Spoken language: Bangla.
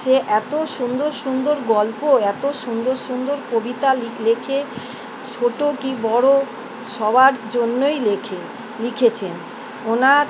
সে এত সুন্দর সুন্দর গল্প এত সুন্দর সুন্দর কবিতা লিখ লেখে ছোটো কি বড়ো সবার জন্যই লেখে লিখেছেন ওনার